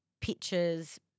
Pictures